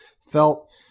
felt